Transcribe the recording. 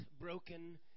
broken